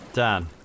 Dan